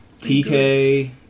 TK